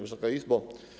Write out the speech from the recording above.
Wysoka Izbo!